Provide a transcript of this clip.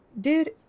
dude